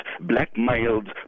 blackmailed